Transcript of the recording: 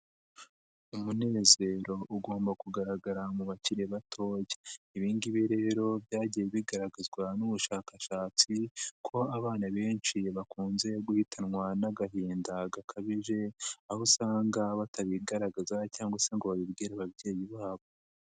Umunezero ugomba kugaragara mu bakiri batoya ibi ngibi rero byagiye bigaragazwa n'ubushakashatsi, ko abana benshi bakunze guhitanwa n'agahinda gakabinjiye, aho usanga batabigaragaza cyangwa se ngo babibwire ababyeyi babo.